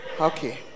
Okay